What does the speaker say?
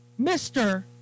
Mr